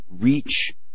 reach